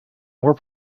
more